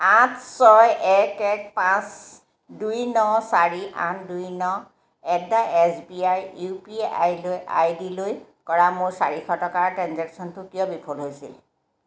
আঠ ছয় এক এক পাঁচ দুই ন চাৰি আঠ দুই ন at the S B I U P I লৈ আই ডিলৈ কৰা মোৰ চাৰিশ টকাৰ ট্ৰেঞ্জেক্শ্য়নটো কিয় বিফল হৈছিল